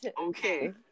Okay